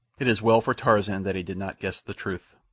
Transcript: it is well for tarzan that he did not guess the truth,